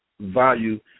value